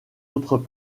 autres